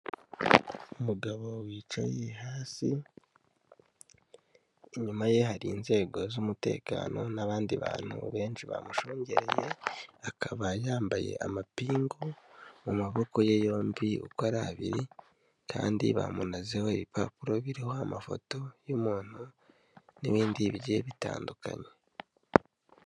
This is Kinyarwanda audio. Umugabo wicaye hasi, inyuma ye hari inzego z'umutekano n'abandi bantu benshi bamushungereye, akaba yambaye amapingu mu maboko ye yombi uko ari abiri kandi bamunazeho ibipapuro biriho amafoto y'umuntu n'ibindi bigiye bitandukanye.